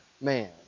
man